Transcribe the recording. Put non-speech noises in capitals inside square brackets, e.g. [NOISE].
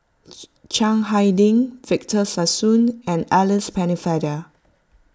[HESITATION] Chiang Hai Ding Victor Sassoon and Alice Pennefather